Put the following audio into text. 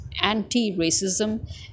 anti-racism